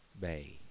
Bay